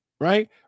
right